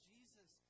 Jesus